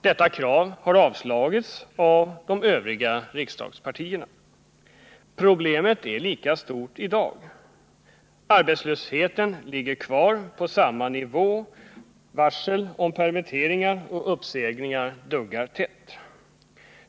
Detta krav har avslagits av de övriga riksdagspartierna. Problemet är lika stort i dag. Arbetslösheten ligger kvar på samma nivå, och varsel om permitteringar och uppsägningar duggar tätt.